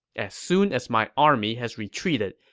as soon as my army has retreated,